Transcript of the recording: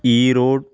Erode